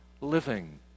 living